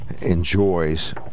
enjoys